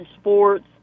sports